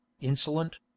insolent